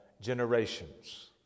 generations